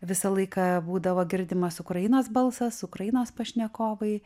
visą laiką būdavo girdimas ukrainos balsas ukrainos pašnekovai